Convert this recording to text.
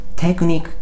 Technique